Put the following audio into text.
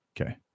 Okay